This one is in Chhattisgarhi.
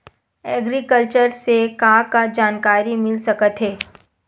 एग्रीकल्चर से का का जानकारी मिल सकत हे?